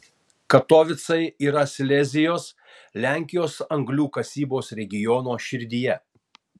katovicai yra silezijos lenkijos anglių kasybos regiono širdyje